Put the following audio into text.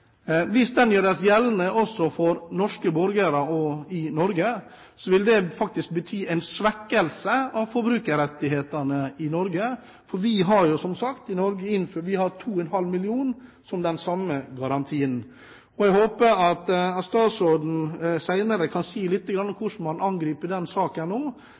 Hvis den gjøres gjeldende også for norske borgere og i Norge, vil det bety en svekkelse av forbrukerrettighetene i Norge, for vi i Norge har jo, som sagt, 2,5 mill. kr som den samme garantien. Jeg håper at utenriksministeren senere kan si lite grann om hvordan man angriper den saken nå.